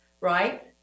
right